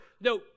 No